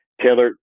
Taylor